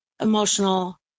emotional